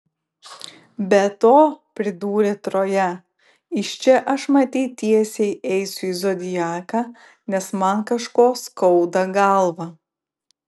be to pridūrė troja iš čia aš matyt tiesiai eisiu į zodiaką nes man kažko skauda galvą